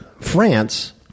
France